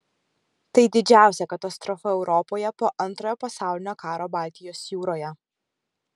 tai didžiausia katastrofa europoje po antrojo pasaulinio karo baltijos jūroje